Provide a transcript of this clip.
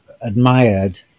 admired